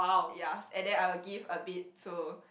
yes and then I will give a bit to